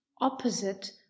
opposite